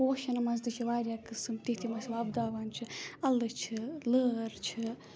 پوشَن مَنٛز تہِ چھِ وارِیاہ قٕسٕم تِتھۍ یِم أسۍ وۄپداوان چھِ اَلہٕ چھِ لٲر چھِ